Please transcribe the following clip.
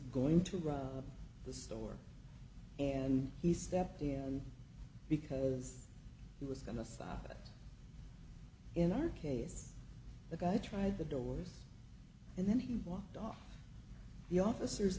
going to run the store and he stepped in because he was going to stop us in our case the guy tried the doors and then he blocked off the officers